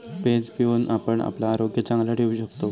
page पिऊन आपण आपला आरोग्य चांगला ठेवू शकतव